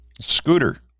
scooter